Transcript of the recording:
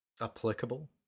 applicable